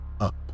up